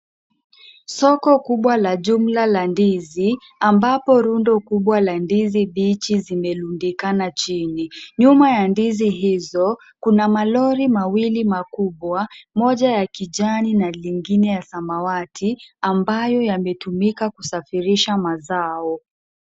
Soko kubwa la jumla la ndizi, ambapo rundo kubwa la ndizi mbichi zimerundikana chini, nyuma ya ndizi hizo, kuna malori mawili makubwa, moja ya kijani na lingine ya samawati ambayo yametumika kusafirisha mazao.